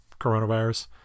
coronavirus